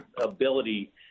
ability